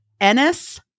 Ennis